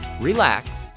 relax